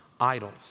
idols